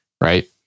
right